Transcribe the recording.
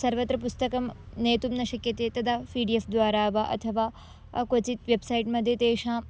सर्वत्र पुस्तकं नेतुं न शक्यते तदा फ़ि डि एफ़् द्वारा वा अथवा क्वचित् वेब्सैट्मध्ये तेषाम्